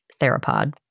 theropod